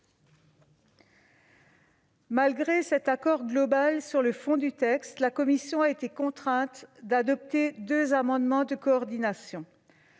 Malgré cet accord global sur le fond du texte, la commission a été contrainte d'adopter deux amendements de coordination.